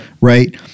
right